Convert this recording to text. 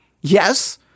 yes